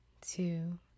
two